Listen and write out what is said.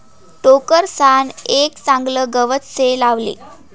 टोकरसान एक चागलं गवत से लावले